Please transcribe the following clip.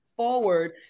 forward